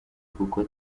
kuko